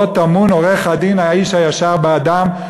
פה טמון עורך-הדין, האיש הישר באדם.